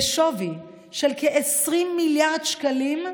בשווי של כ-20 מיליארד שקלים,